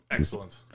Excellent